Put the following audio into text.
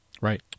right